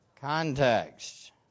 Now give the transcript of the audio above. context